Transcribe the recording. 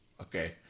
Okay